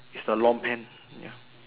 is the long pant (ya)